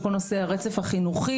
כך שכל נושא הרצף החינוכי,